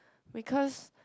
because